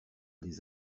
des